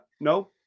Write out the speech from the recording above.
No